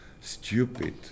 stupid